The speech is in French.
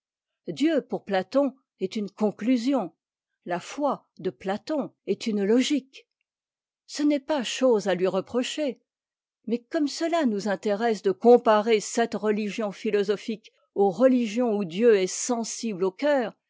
dieu pour platon est une conclusion la foi de platon est une logique ce n'est pas chose à lui reprocher mais comme cela nous intéresse de comparer cette religion philosophique aux religions où dieu est sensible au cœur